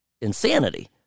insanity